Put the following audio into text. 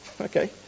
okay